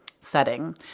setting